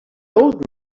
old